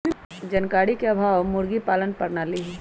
जानकारी के अभाव मुर्गी पालन प्रणाली हई